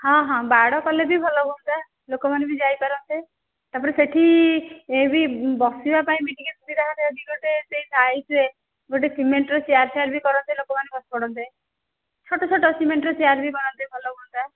ହଁ ହଁ ବାଡ଼ କଲେ ବି ଭଲ ହୁଅନ୍ତା ଲୋକମାନେ ବି ଯାଇ ପାରନ୍ତେ ତା'ପରେ ସେଇଠି ବି ବସିବା ପାଇଁ ବି ଟିକିଏ ସୁବିଧା କରନ୍ତେ ଟିକିଏ ସାଇଡ଼୍ରେ ଗୋଟେ ସିମେଣ୍ଟ୍ରେ ଚେୟାର୍ ଫେଆର୍ ବି କରନ୍ତେ ଲୋକମାନେ ବସି ପଡ଼ନ୍ତେ ଛୋଟ ଛୋଟ ସିମେଣ୍ଟ୍ରେ ଚେୟାର୍ ବି କରନ୍ତେ ଭଲ ହୁଅନ୍ତା